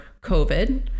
covid